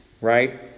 right